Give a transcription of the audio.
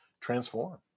transform